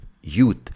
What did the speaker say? youth